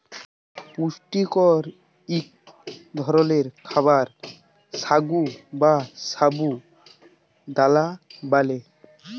পুষ্টিকর ইক ধরলের খাবার সাগু বা সাবু দালা ব্যালে